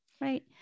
Right